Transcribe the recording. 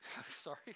Sorry